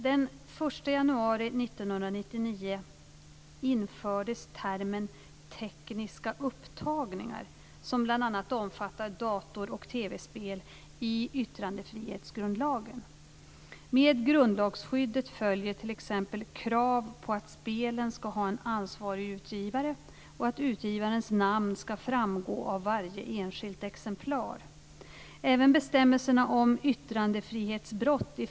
Den 1 januari 1999 infördes termen "tekniska upptagningar", som bl.a. omfattar dator och TV-spel, i yttrandefrihetsgrundlagen, YGL. Med grundlagsskyddet följer t.ex. krav på att spelen ska ha en ansvarig utgivare och att utgivarens namn ska framgå av varje enskilt exemplar.